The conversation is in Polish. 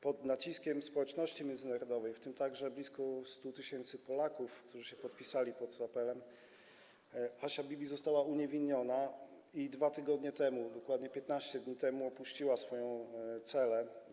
Pod naciskiem społeczności międzynarodowej, w tym także blisko 100 tys. Polaków, którzy się podpisali pod apelem, Asia Bibi została uniewinniona i 2 tygodnie temu, dokładnie 15 dni temu, opuściła swoją celę.